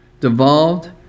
devolved